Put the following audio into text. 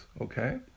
okay